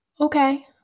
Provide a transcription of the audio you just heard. Okay